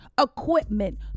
equipment